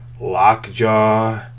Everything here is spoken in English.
lockjaw